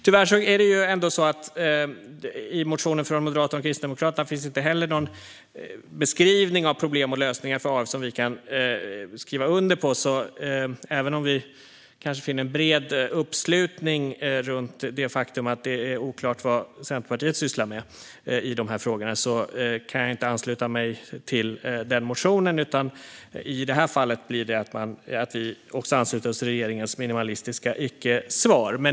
Tyvärr finns det inte heller i motionen från Moderaterna och Kristdemokraterna någon beskrivning av problem och lösningar för Arbetsförmedlingen som vi kan skriva under på. Även om vi kanske finner en bred uppslutning runt det faktum att det är oklart vad Centerpartiet sysslar med i de här frågorna kan jag därför inte ansluta mig till den motionen. I det här fallet ansluter vi oss i stället till regeringens minimalistiska icke-svar.